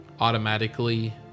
automatically